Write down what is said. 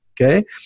Okay